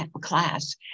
class